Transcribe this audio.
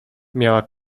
miała